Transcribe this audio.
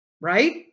right